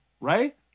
Right